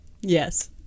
Yes